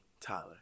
Tyler